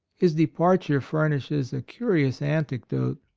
his departure furnishes a curious anecdote.